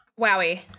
Wowie